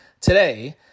today